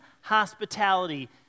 hospitality